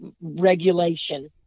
regulation